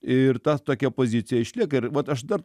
ir ta tokia pozicija išlieka ir vat aš dar